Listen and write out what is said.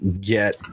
get